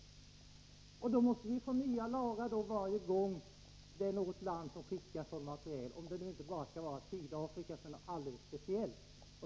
Detta betyder att vi måste få nya lagar varje gång något land skickar sådan materiel. Eller skall Sydafrika betraktas som något alldeles speciellt?